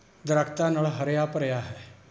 ਦਰੱਖ਼ਤਾਂ ਨਾਲ ਹਰਿਆ ਭਰਿਆ ਹੈ